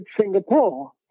Singapore